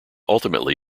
ultimately